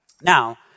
Now